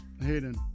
Hayden